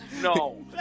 No